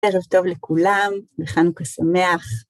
ערב טוב לכולם, וחנוכה שמח.